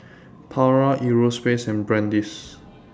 Pura Europace and Brand's